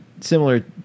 similar